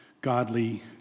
godly